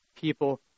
people